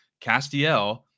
Castiel